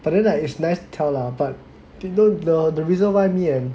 but then like it's nice to tell lah but do you know the reason why me and